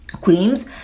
creams